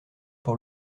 pour